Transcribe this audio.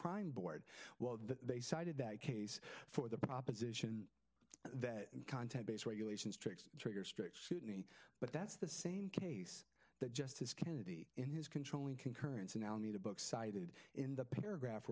crime board while they cited that case for the proposition that content based regulations tricks trigger strict scrutiny but that's the same case that justice kennedy in his controlling concurrence in alameda book cited in the paragraph